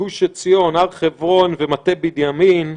גוש עציון, הר חברון ומטה בנימין,